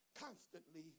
constantly